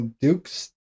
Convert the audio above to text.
Duke's